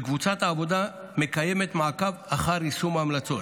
וקבוצת העבודה מקיימת מעקב אחר יישום ההמלצות.